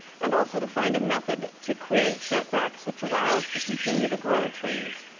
and also, to find a method to create set backs which allow us to continue to grow trees.